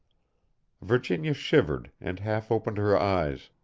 virginia shivered, and half-opened her eyes,